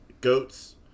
goats